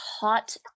hot